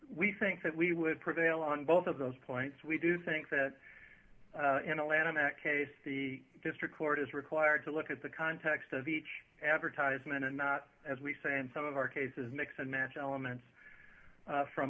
we think that we would prevail on both of those points we do think that in a lanham act case the district court is required to look at the context of each advertisement and not as we say in some of our cases mix and match elements from